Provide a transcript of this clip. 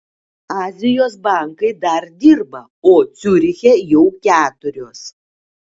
azijos bankai dar dirba o ciuriche jau keturios